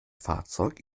fahrzeug